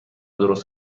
درست